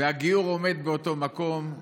והגיור עומד באותו מקום,